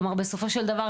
בסופו של דבר,